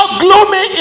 gloomy